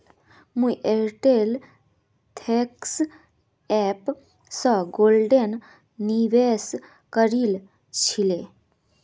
मुई Airtel thanks app स गोल्डत निवेश करील छिले